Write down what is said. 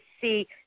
see